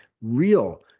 real